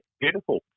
beautiful